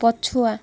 ପଛୁଆ